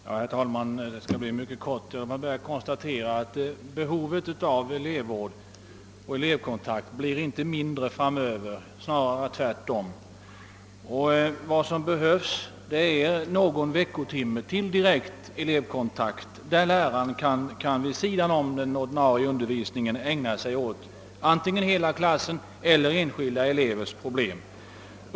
Herr talman! Jag skall fatta mig mycket kort; jag vill bara konstatera att behovet av elevvård och elevkontakt inte blir mindre framöver, snarare tvärtom. Vad som krävs är någon veckotimme till direkt elevkontakt, så att läraren vid sidan om den ordinarie undervisningen kan ägna sig åt antingen hela klassen eller enskilda elevers problem.